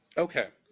okay.